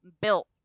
built